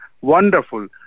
Wonderful